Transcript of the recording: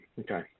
okay